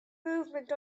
movement